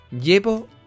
Llevo